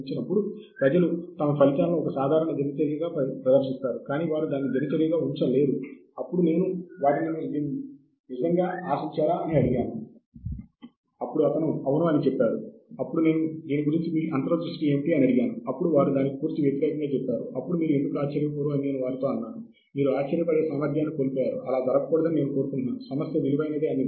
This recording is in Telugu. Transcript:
కాబట్టి కొన్నిసార్లు ప్రచురించబడుతున్న వ్యాసాలు మన జోక్యము లేకుండా మనకు వచ్చే అవకాశం కూడా ఉంది